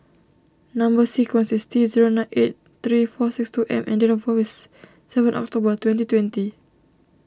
Number Sequence is T zero nine eight three four six two M and date of birth is seven October twenty twenty